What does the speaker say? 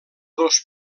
dos